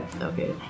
okay